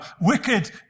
wicked